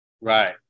Right